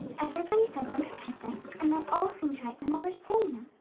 everybody said something different and they all seemed right when they were saying them.